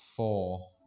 Four